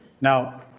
Now